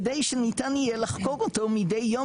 כדי שניתן יהיה לחקור אותו מדי יום